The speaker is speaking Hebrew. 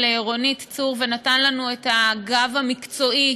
רונית צור ונתן לנו את הגב המקצועי,